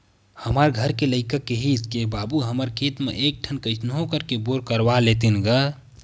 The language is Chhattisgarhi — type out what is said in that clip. हमर घर के लइका किहिस के बाबू हमर खेत म एक ठन कइसनो करके बोर करवा लेतेन गा